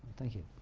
thank you.